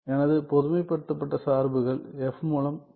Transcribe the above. எனது பொதுமைப்படுத்தப்பட்ட சார்புகள் f மூலம் குறிக்கலாம்